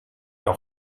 leur